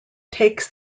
takes